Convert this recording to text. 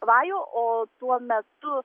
vajų o tuo metu